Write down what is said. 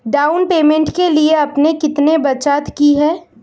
Down payment के लिए आपने कितनी बचत की है?